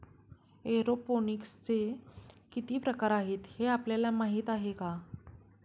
एरोपोनिक्सचे किती प्रकार आहेत, हे आपल्याला माहित आहे का?